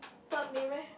third name leh